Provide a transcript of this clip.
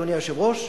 אדוני היושב-ראש,